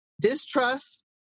distrust